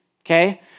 okay